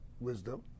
wisdom